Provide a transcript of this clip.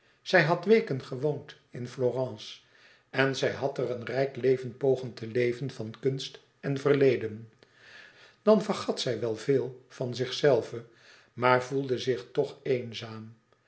zij had weken gewoond in florence en zij had er een rijk leven pogen te leven van kunst en verleden dan vergat zij wel veel van zichzelve maar voelde zich toch eenzaam